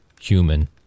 human